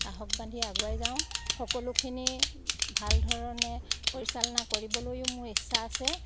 সাহস বান্ধি আগুৱাই যাওঁ সকলোখিনি ভাল ধৰণে পৰিচালনা কৰিবলৈও মোৰ ইচ্ছা আছে